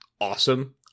awesome